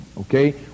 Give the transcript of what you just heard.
Okay